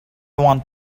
want